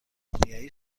اسپانیایی